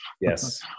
Yes